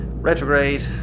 Retrograde